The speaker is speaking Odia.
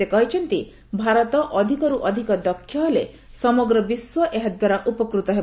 ସେ କହିଛନ୍ତି ଭାରତ ଅଧିକର୍ତ ଅଧିକ ଦକ୍ଷ ହେଲେ ସମଗ୍ର ବିଶ୍ୱ ଏହାଦ୍ୱାରା ଉପକୃତ ହେବ